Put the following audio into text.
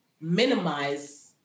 minimize